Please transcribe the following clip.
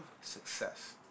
success